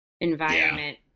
environment